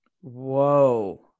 Whoa